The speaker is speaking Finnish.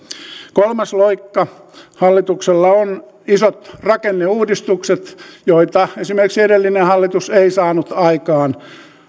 kolmas loikka hallituksella on isot rakenneuudistukset joita esimerkiksi edellinen hallitus ei saanut aikaan